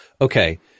Okay